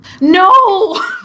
No